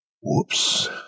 Whoops